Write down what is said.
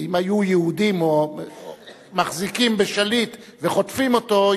אם היו יהודים מחזיקים בשליט וחוטפים אותו,